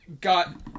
got